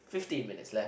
fifteen minutes left